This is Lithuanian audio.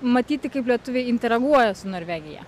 matyti kaip lietuviai intereaguoja su norvegija